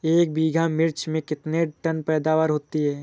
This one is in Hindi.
एक बीघा मिर्च में कितने टन पैदावार होती है?